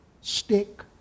stick